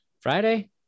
Friday